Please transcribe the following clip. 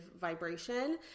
vibration